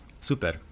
Super